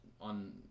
on